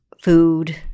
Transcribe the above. food